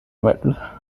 weld